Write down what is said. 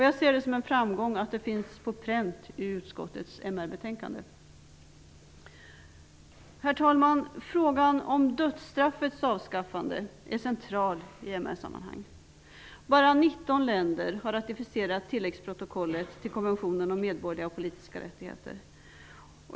Jag ser det som en framgång att detta finns på pränt i utskottets MR Herr talman! Frågan om dödsstraffets avskaffande är central i MR-sammanhang. Bara 19 länder har ratificerat tilläggsprotokollet till konventionen om medborgerliga och politiska rättigheter.